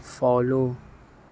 follow